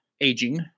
aging